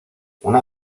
una